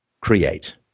create